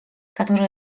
которые